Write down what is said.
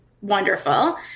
wonderful